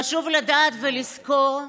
חשוב לדעת ולזכור: